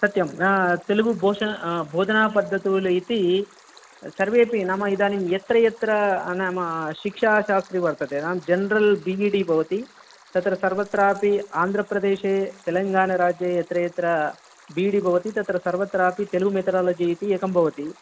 सत्यम् ना तेलुगु भोशना भोजनापद्धतुलु इति सर्वेपि नाम इदानीं यत्र यत्र नाम शिक्षाशास्त्री वर्तते नाम जेन्रल् बि इ डि यत् भवति तत्र सर्वत्रापि आन्द्रप्रदेशे तेलङ्गाणराज्ये यत्र यत्र बि ई डि भवति तत्र सर्वत्रापि तेलुगु मेतडालजि इति एकं भवति